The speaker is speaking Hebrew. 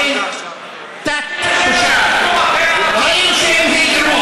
כאילו שהם היגרו,